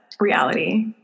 reality